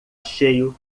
cheio